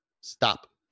stop